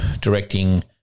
directing